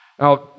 Now